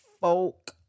folk